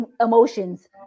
emotions